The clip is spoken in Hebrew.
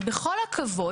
אז בכל הכבוד,